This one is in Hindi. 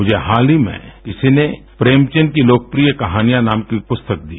मुझे हाल ही में किसी ने श्र्प्रेमचंद की लोकप्रिय कहानियां रश्नाम की पुस्तक दी